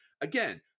Again